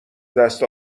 دست